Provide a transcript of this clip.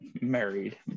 married